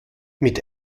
mit